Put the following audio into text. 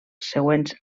següents